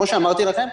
כמו שאמרתי לכם,